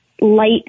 light